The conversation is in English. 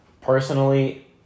Personally